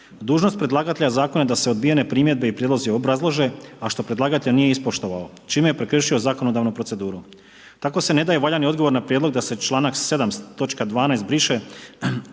Dužnost predlagatelja zakona je da se odbijene primjedbe i prijedlozi obrazlože, a što predlagatelj nije ispoštovao čime je prekršio zakonodavnu proceduru. Tako se ne da valjani odgovor na prijedlog da se članak 7. točka